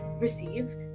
receive